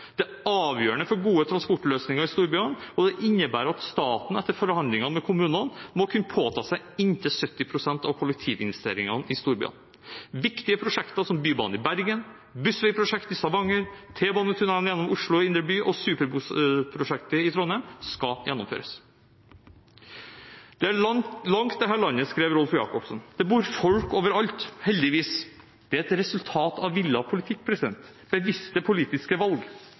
Dette er avgjørende for gode transportløsninger i storbyene, og det innebærer at staten etter forhandlinger med kommunene må kunne påta seg inntil 70 pst. av kollektivinvesteringene i storbyene. Viktige prosjekter som bybanen i Bergen, bussveiprosjektet i Stavanger, T-banetunnelen gjennom Oslo indre by og superbussprosjektet i Trondheim skal gjennomføres. «Det er langt dette landet», skrev Rolf Jacobsen. Og det bor folk overalt – heldigvis. Det er et resultat av villet politikk, bevisste politiske valg.